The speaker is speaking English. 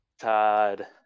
Todd